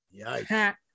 Yikes